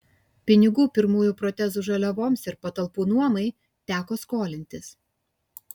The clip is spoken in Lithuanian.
pinigų pirmųjų protezų žaliavoms ir patalpų nuomai teko skolintis